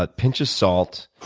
but pinch of salt.